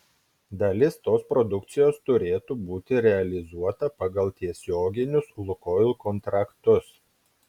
dalis tos produkcijos turėtų būti realizuota pagal tiesioginius lukoil kontraktus